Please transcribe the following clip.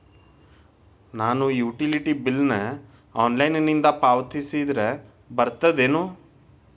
ನಾನು utility bill ನ ಆನ್ಲೈನಿಂದ ಪಾವತಿಸಿದ್ರ ಬರ್ತದೇನು?